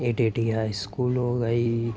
اے T T high school ہو گئی